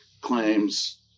claims